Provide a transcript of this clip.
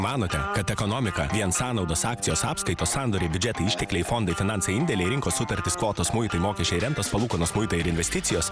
manote kad ekonomika vien sąnaudos akcijos apskaitos sandoriai biudžetai ištekliai fondai finansai indėliai rinkos sutartys kvotas muitai mokesčiai rentos palūkanos muitai ir investicijos